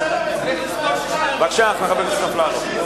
בבקשה, חבר הכנסת אפללו.